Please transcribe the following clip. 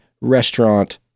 restaurant